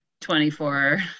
24